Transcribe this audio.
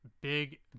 big